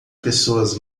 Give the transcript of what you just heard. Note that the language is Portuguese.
pessoas